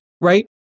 right